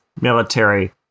military